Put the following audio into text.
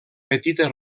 petita